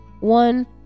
One